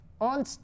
On